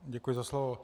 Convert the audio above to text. Děkuji za slovo.